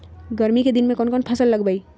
गर्मी के दिन में कौन कौन फसल लगबई?